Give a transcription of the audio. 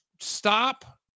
stop